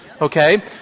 okay